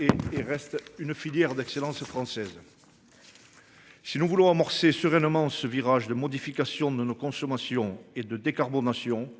Et reste une filière d'excellence française. Si nous voulons amorcer sereinement ce virage de modification de nos consommations et de décarbonation.